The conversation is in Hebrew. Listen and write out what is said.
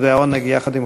3109 ו-3115.